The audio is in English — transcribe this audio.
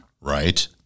right